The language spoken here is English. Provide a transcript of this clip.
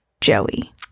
Joey